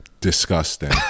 disgusting